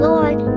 Lord